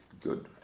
good